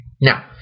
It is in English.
Now